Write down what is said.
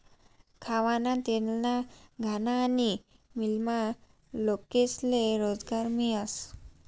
खावाना तेलना घाना आनी मीलमा लोकेस्ले रोजगार मियस